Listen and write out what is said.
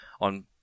on